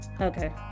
Okay